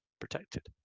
protected